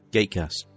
Gatecast